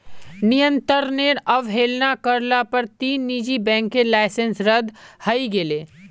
नियंत्रनेर अवहेलना कर ल पर तीन निजी बैंकेर लाइसेंस रद्द हई गेले